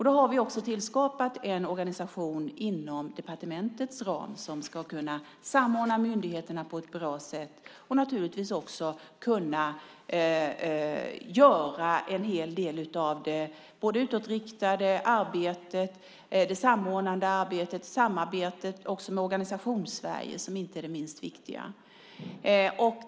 Vi har tillskapat en organisation inom departementets ram som ska kunna samordna myndigheterna på ett bra sätt och göra en hel del av det utåtriktade arbetet, det samordnande arbetet och samarbetet med Organisations-Sverige, som inte är det minst viktiga.